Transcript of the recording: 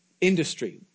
industry